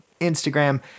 Instagram